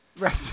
Right